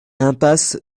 impasse